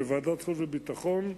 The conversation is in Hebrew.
בוועדת החוץ והביטחון,